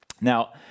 Now